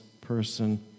person